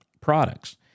products